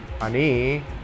ani